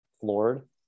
floored